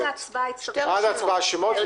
עד ההצבעה יצטרכו שמות.